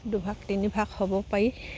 দুভাগ তিনিভাগ হ'ব পাৰি